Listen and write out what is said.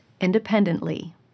independently